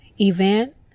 Event